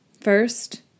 First